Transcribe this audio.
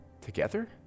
together